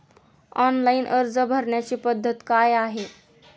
Online अर्ज भरण्याची पद्धत काय आहे?